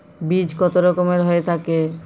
বীজ কত রকমের হয়ে থাকে?